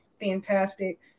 fantastic